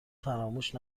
فراموش